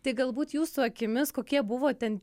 tai galbūt jūsų akimis kokie buvo ten